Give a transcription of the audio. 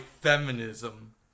feminism